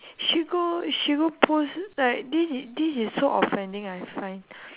she go she go post like this is this is so offending I find